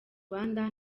rwanda